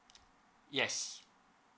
yes